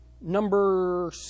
number